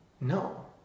No